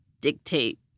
dictate